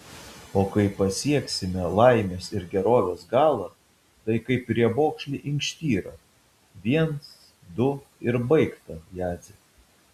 o kai pasieksime laimės ir gerovės galą tai kaip riebokšlį inkštirą viens du ir baigta jadze